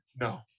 No